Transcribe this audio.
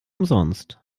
umsonst